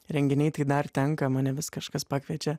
renginiai tai dar tenka mane vis kažkas pakviečia